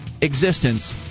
existence